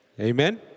Amen